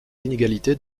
inégalités